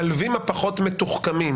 למלווים הפחות-מתוחכמים